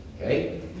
Okay